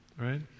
Right